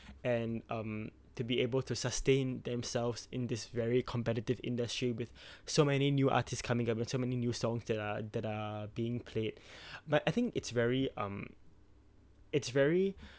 and um to be able to sustain themselves in this very competitive industry with so many new artist coming up with so many new songs that are that are being played but I think it's very um it's very